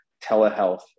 telehealth